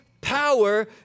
Power